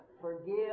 forgive